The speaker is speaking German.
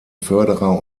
förderer